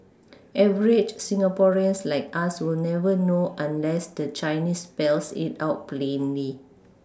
Average Singaporeans like us will never know unless the Chinese spells it out plainly